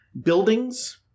buildings